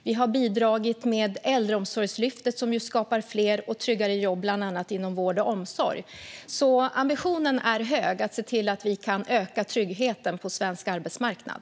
Vi har bidragit med Äldreomsorgslyftet, som skapar fler och tryggare jobb bland annat inom vård och omsorg. Ambitionen är hög att se till att vi kan öka tryggheten på svensk arbetsmarknad.